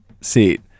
seat